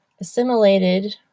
assimilated